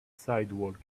sidewalk